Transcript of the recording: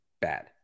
Bad